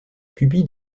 pupille